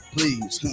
Please